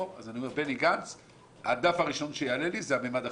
הדף הראשון שיעלה לי זה הממד החמישי,